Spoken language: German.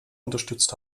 unterstützt